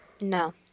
No